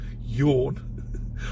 yawn